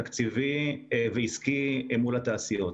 תקציבי ועסקי מול התעשיות.